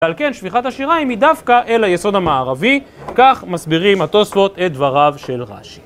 ועל כן שפיכת השיריים היא דווקא אל היסוד המערבי, כך מסבירים התוספות את דבריו של רש"י.